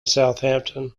southampton